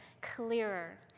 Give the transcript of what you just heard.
clearer